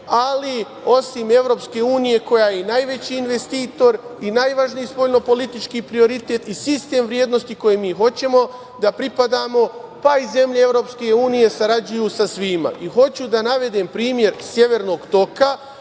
ali osim EU koja je i najveći investitor i najvažniji spoljnopolitički prioritet i sistem vrednosti kojima mi hoćemo da pripadamo. I zemlje EU sarađuju sa svima. Hoću da navedem primer severnog toka,